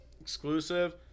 exclusive